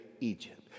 Egypt